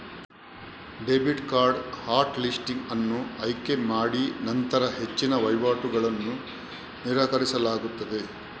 debit card hot listing ಅನ್ನು ಆಯ್ಕೆ ಮಾಡಿನಂತರ ಹೆಚ್ಚಿನ ವಹಿವಾಟುಗಳನ್ನು ನಿರಾಕರಿಸಲಾಗುತ್ತದೆ